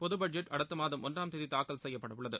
பொதபட்ஜெட் அடுத்த மாதம் ஒன்றாம் தேதி தூக்கல் செய்யப்பட உள்ளது